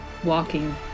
Walking